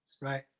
Right